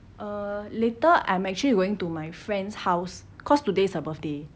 um later I'm actually going to my friend's house cause today is her birthday oh